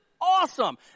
awesome